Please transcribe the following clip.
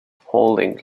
hauling